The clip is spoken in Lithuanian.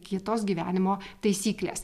kitos gyvenimo taisyklės